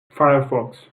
firefox